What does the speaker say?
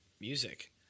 music